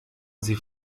sie